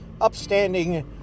upstanding